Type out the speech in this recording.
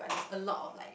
a lot of like